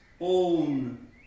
own